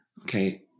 okay